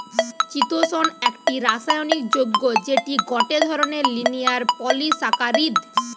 চিতোষণ একটি রাসায়নিক যৌগ্য যেটি গটে ধরণের লিনিয়ার পলিসাকারীদ